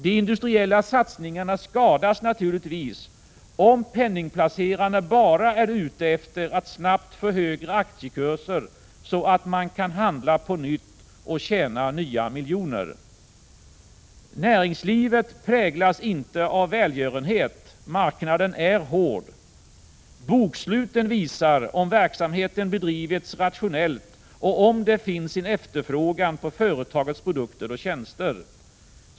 De industriella satsningarna skadas naturligtvis om penningplacerarna bara är ute efter att snabbt få högre aktiekurser, så att man kan handla på nytt och tjäna nya miljoner. Näringslivet präglas inte av välgörenhet — marknaden är hård. Boksluten visar om verksamheten bedrivits rationellt och om det finns en efterfrågan på företagets produkter och tjänster.